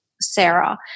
Sarah